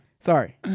Sorry